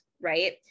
right